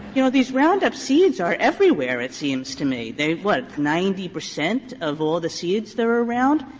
you know, these roundup seeds are everywhere, it seems to me. there's, what, ninety percent of all the seeds that are around?